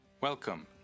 Welcome